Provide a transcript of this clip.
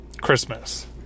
Christmas